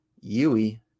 Yui